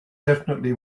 definitely